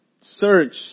search